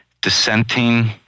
dissenting